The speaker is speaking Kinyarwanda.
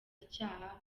icyaha